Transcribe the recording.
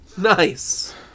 nice